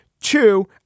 Two